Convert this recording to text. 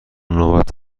نوبت